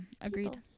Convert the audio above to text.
agreed